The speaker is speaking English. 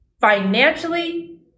financially